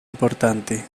importante